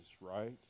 right